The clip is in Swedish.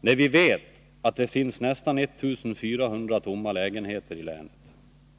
när vi vet att det finns nästan 1400 tomma lägenheter i länet.